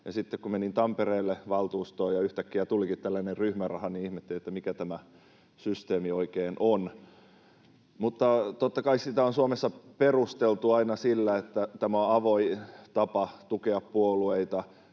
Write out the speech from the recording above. sitten kun menin Tampereelle valtuustoon ja yhtäkkiä tulikin tällainen ryhmäraha, niin ihmettelin, mikä tämä systeemi oikein on. Totta kai sitä on Suomessa perusteltu aina sillä, että tämä on avoin tapa tukea puolueita,